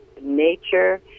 nature